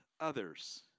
others